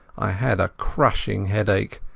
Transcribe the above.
i had a crushing headache,